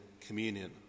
communion